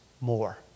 more